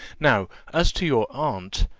now, as to your aunt.